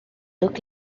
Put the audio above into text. look